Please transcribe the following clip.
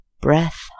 breath